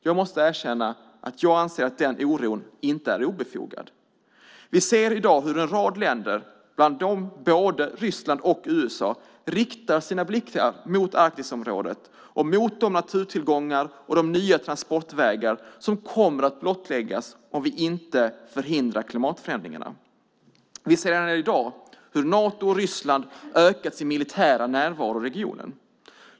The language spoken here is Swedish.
Jag måste erkänna att jag anser att den oron inte är obefogad. Vi ser i dag hur en rad länder, bland dem både Ryssland och USA, riktar sina blickar mot Arktisområdet och mot de naturtillgångar och nya transportvägar som kommer att blottläggas om vi inte förhindrar klimatförändringarna. Vi ser redan i dag hur Nato och Ryssland ökat sin militära närvaro i regionen.